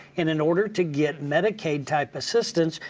in in order to get medicaid type assistance,